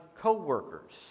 co-workers